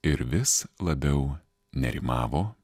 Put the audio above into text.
ir vis labiau nerimavo